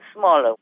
smaller